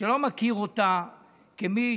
שלא מכיר אותה כמי